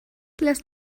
lässt